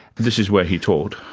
this is where he taught?